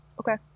Okay